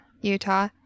Utah